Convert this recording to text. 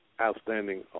outstanding